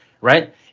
right